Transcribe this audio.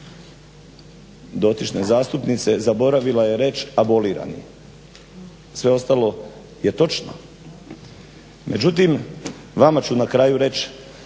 dotične zastupnice. Zaboravila je reći abolirani. Sve ostalo je točno. Međutim, vama ću na kraju reći